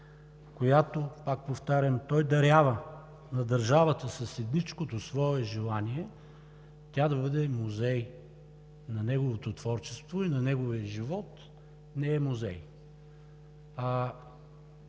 която, пак повтарям, той дарява на държавата с едничкото свое желание тя да бъде музей на неговото творчество и на неговия живот – не е музей.